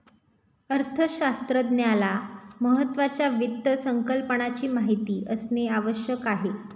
अर्थशास्त्रज्ञाला महत्त्वाच्या वित्त संकल्पनाची माहिती असणे आवश्यक आहे